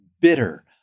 bitter